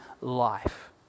life